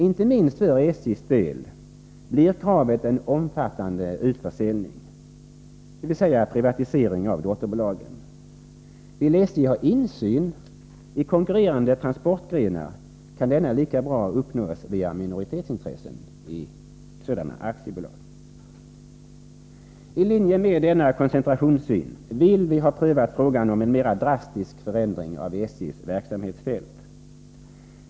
Inte minst för SJ:s del blir kravet en omfattande utförsäljning, dvs. privatisering av dotterbolagen. Vill SJ ha insyn i konkurrerande transportgrenar kan denna lika bra uppnås via minoritetsintressen i sådana aktiebolag. I linje med denna koncentrationssyn vill vi ha frågan om en mer drastisk förändring av SJ:s verksamhetsfält prövad.